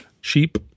sheep